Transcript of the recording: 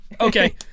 Okay